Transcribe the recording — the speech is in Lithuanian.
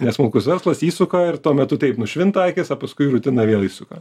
nes smulkus verslas įsuka ir tuo metu taip nušvinta akys o paskui rutina vėl įsuka